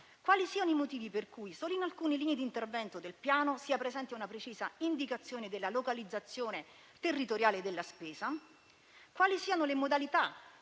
quali siano i motivi per cui solo in alcune linee di intervento del Piano sia presente una precisa indicazione della localizzazione territoriale della spesa, quali siano le modalità